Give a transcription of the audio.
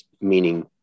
meaning